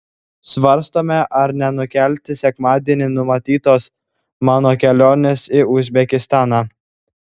svarstome ar nenukelti sekmadienį numatytos mano kelionės į uzbekistaną